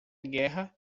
guerra